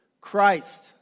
Christ